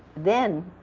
then